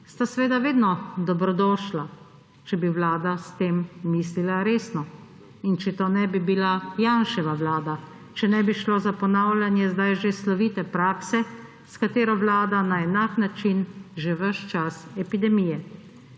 sta seveda vedno dobrodošla, če bi Vlada s tem mislila resno in če to ne bi bila Janševa vlada; če ne bi šlo za ponavljanje sedaj že slovite prakse, s katero vlada na enak način že ves čas epidemije